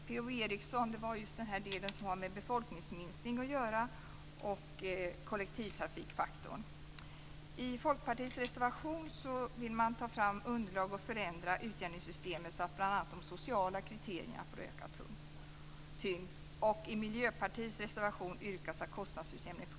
Per-Ola Eriksson talade om den del som har med befolkningsminskning att göra och kollektivtrafikfaktorn. I Folkpartiets reservation yrkar man på att vi skall ta fram underlag för att förändra utjämningssystemet så att bl.a. de sociala kriterierna får ökad tyngd.